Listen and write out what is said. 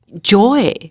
joy